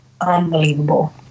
unbelievable